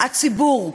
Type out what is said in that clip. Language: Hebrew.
הציבור,